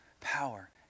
power